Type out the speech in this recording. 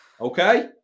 Okay